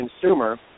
consumer